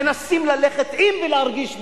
מנסים ללכת עם ולהרגיש בלי.